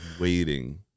waiting